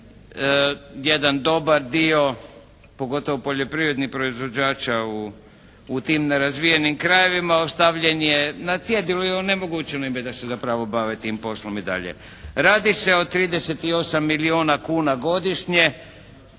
jedan dobar dio pogotovo poljoprivrednih proizvođača u tim nerazvijenim krajevima ostavljen je na cjedilu i onemogućeno im je da se zapravo bave tim poslom i dalje. Radi se o 38 milijuna kuna godišnje